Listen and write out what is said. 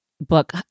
book